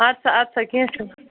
اَدٕ سا اَدٕ سا کیٚنٛہہ چھُنہٕ